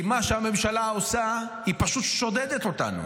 כי מה שהממשלה עושה, היא פשוט שודדת אותנו.